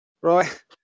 right